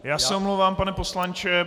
Já se omlouvám, pane poslanče.